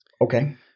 Okay